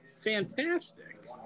Fantastic